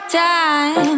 time